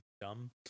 dumb